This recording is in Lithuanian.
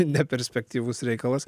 neperspektyvus reikalas